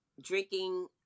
drinking